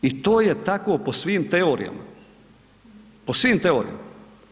I to je tako po svim teorijama, po svim teorijama.